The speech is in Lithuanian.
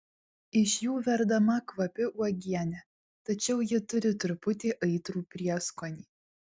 iš jų verdama kvapi uogienė tačiau ji turi truputį aitrų prieskonį